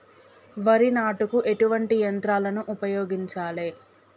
వరి నాటుకు ఎటువంటి యంత్రాలను ఉపయోగించాలే?